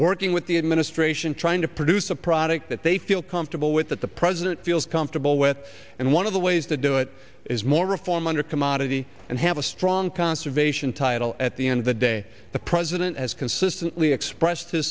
working with the administration trying to produce a product that they feel comfortable with that the president feels comfortable with and one of the ways to do it is more reform under commodity and have a strong conservation title at the end of the day the president has consistently express